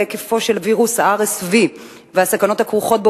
היקפו של וירוס ה-RSV והסכנות הכרוכות בו,